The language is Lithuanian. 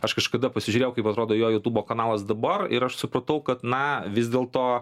aš kažkada pasižiūrėjau kaip atrodo jo jutubo kanalas dabar ir aš supratau kad na vis dėlto